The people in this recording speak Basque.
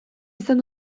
izan